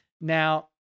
Now